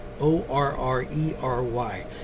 O-R-R-E-R-Y